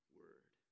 word